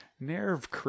nerve